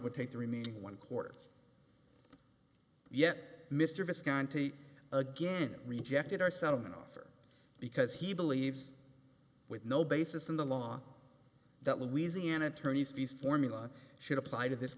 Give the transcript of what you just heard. would take the remaining one quarter yet mr viscounty again rejected our settlement offer because he believes with no basis in the law that louisiana attorney fees formula should apply to this